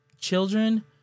children